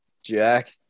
Jack